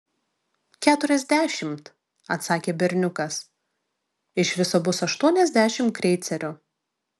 keturiasdešimt atsakė berniukas iš viso bus aštuoniasdešimt kreicerių